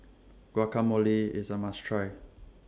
Guacamole IS A must Try